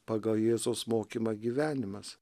pagal jėzaus mokymą gyvenimas